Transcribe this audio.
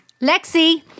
Lexi